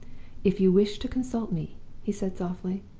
if you wish to consult me he said, softly,